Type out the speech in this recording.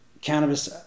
cannabis